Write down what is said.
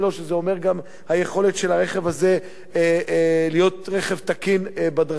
שזה אומר גם היכולת של הרכב הזה להיות רכב תקין בדרכים.